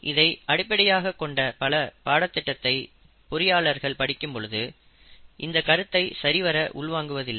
இதை அடிப்படையாகக் கொண்ட பல பாடத்திட்டத்தை பொறியாளர்கள் படிக்கும் பொழுது இந்த கருத்தை சரிவர உள்வாங்குவதில்லை